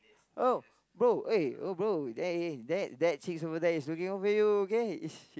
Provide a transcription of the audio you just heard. oh bro eh oh bro that eh that that chicks over there is looking over you okay is shit